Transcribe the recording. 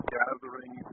gathering